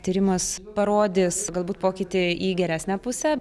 tyrimas parodys galbūt pokytį į geresnę pusę